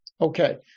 okay